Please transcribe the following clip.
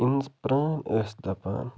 اِنٕس پٔرٛٲنۍ ٲسۍ دَپان